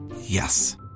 Yes